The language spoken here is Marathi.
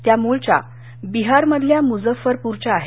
त्या मुळच्या बिहारमधल्या मुझफ्फरपूरच्या आहेत